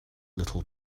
little